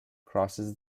crosses